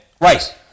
Right